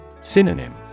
Synonym